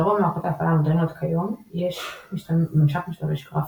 לרוב מערכות ההפעלה המודרניות כיום יש ממשק משתמש גרפי,